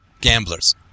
Gamblers